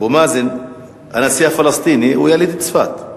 אבו מאזן, הנשיא הפלסטיני, הוא יליד צפת.